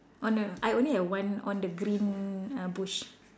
oh no no I only have one on the green uh bush